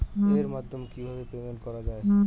এর মাধ্যমে কিভাবে পেমেন্ট করা য়ায়?